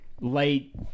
Late